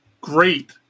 great